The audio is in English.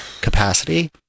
capacity